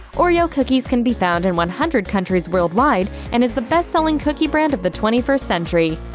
oreo cookies can be found in one hundred countries worldwide and is the best-selling cookie brand of the twenty first century.